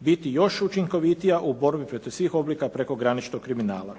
biti još učinkovitija u borbi protiv svih oblika prekograničnog kriminala.